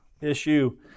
issue